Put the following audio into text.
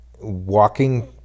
Walking